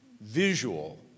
visual